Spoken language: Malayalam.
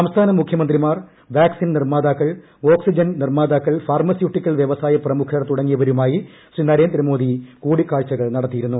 സംസ്ഥാന മുഖ്യമന്ത്രിമാർ വാക്സിൻ നിർമ്മാതാക്കൾ ഓക്സിജൻ നിർമ്മാതാക്കൾ ഫാർമസ്യൂട്ടിക്കൽ വ്യവസായ പ്രമുഖർ തുടങ്ങിയവരുമായി ശ്രീ നരേന്ദ്രമോദി കൂടുക്കാഴ്ചകൾ നടത്തിയിരുന്നു